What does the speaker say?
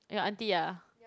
your aunty ah